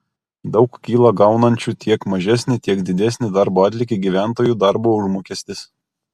daug kyla gaunančių tiek mažesnį tiek didesnį darbo atlygį gyventojų darbo užmokestis